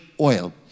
oil